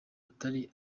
atari